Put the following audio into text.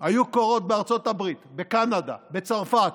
היו קורות בארצות הברית, בקנדה, בצרפת,